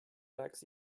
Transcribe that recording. legs